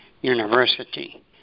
University